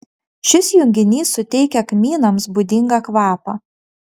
šis junginys suteikia kmynams būdingą kvapą